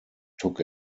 took